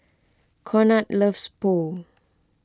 Conard loves Pho